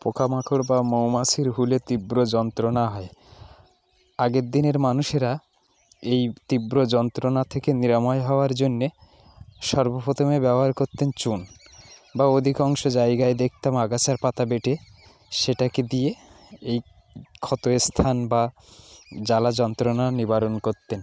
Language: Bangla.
পোকামাকড় বা মৌমাছির হুলে তীব্র যন্ত্রণা হয় আগের দিনের মানুষেরা এই তীব্র যন্ত্রণা থেকে নিরাময় হওয়ার জন্য সর্বপ্রথমে ব্যবহার করতেন চুন বা অধিকাংশ জায়গায় দেখতাম আগাছার পাতা বেঁটে সেটাকে দিয়ে এই ক্ষত স্থান বা জ্বালা যন্ত্রণা নিবারণ করতেন